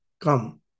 come